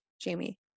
Jamie